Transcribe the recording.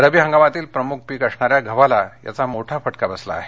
रब्बी हंगामातील प्रमुख पीक असणाऱ्या गव्हाला याचा मोठा फटका बसला आहे